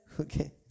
Okay